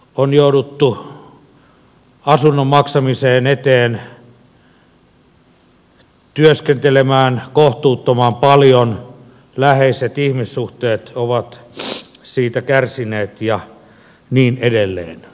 on jouduttu asunnon maksamisen eteen työskentelemään kohtuuttoman paljon läheiset ihmissuhteet ovat siitä kärsineet ja niin edelleen